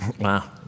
Wow